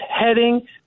heading